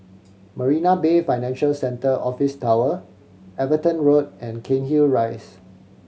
Marina Bay Financial Centre Office Tower Everton Road and Cairnhill Rise